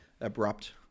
Abrupt